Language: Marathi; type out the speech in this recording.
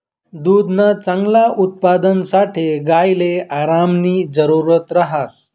दुधना चांगला उत्पादनसाठे गायले आरामनी जरुरत ह्रास